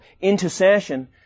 intercession